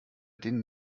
den